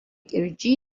kirji